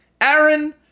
Aaron